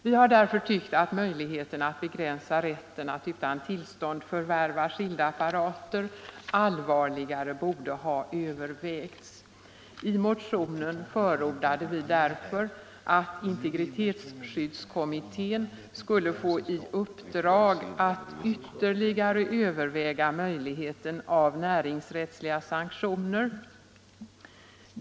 Vi har därför tyckt att möjligheterna att begränsa rätten att utan tillstånd förvärva skilda apparater allvarligare borde ha övervägts. I motionen förordade vi därför att integritetsskyddskommittén skulle få i uppdrag att ytterligare överväga möjligheten av näringsrättsliga sanktioner.